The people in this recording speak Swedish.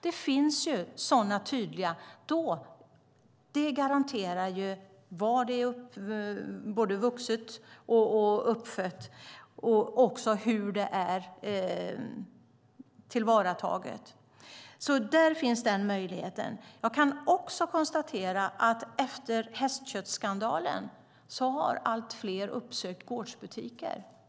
Den är tydlig och garanterar var det är uppfött och odlat och även hur det har tillvaratagits. Efter hästköttsskandalen har allt fler uppsökt gårdsbutiker.